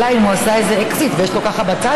אלא אם כן הוא עשה איזה אקזיט ויש לו ככה בצד,